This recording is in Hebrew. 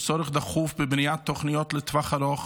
יש צורך דחוף בבניית תוכניות לטווח ארוך